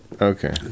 Okay